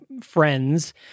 Friends